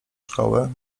szkoły